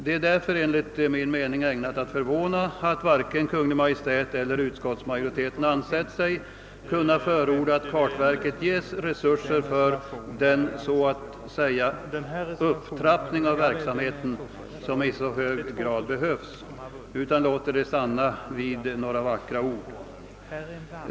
Det är därför enligt min mening ägnat att förvåna att varken Kungl. Maj:t eller utskottsmajoriteten anser sig kunna förorda att åt kartverket ges resurser för den så att säga upptrappning av verksamheten, som i så hög grad behövs, utan låter det stanna vid några vackra ord.